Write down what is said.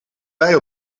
bij